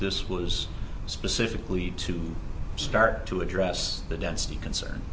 this was specifically to start to address the density concern